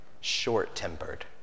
short-tempered